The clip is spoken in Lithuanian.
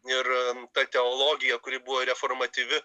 ir ta teologija kuri buvo reformativi